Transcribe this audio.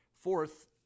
Fourth